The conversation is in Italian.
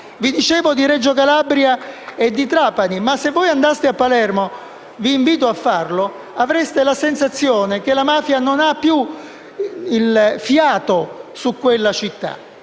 vi dicevo di Reggio Calabria e Trapani, ma se voi andaste a Palermo - cosa che vi invito a fare - avreste la sensazione che la mafia non ha più il "fiato" su quella città.